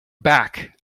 back